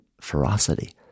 ferocity